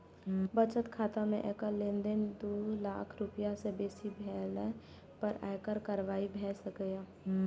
बचत खाता मे एकल लेनदेन दू लाख रुपैया सं बेसी भेला पर आयकर कार्रवाई भए सकैए